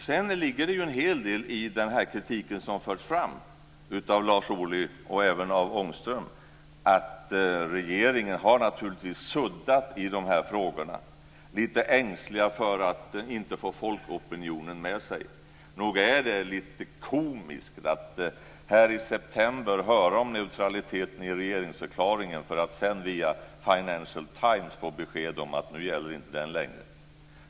Sedan ligger det en hel del i den kritik som förs fram av Lars Ohly och även av Lars Ångström om att regeringen naturligtvis har suddat i dessa frågor. Man har varit lite ängslig för att inte få folkopinionen med sig. Nog är det lite komiskt att här i september höra om neutraliteten i regeringsförklaringen för att sedan via Financial Times får besked om att den inte längre gäller.